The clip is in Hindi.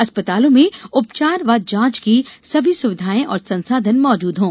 अस्पतालों में उपचार व जांच की सभी सुविधाएं और संसाधन मौजूद हों